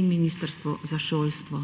in ministrstvo za šolstvo.